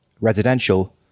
residential